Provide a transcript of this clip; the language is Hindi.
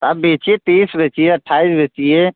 आप बेचिए तीस बेचिए अट्ठाईस बेचिए